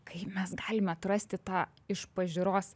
kaip mes galim atrasti tą iš pažiūros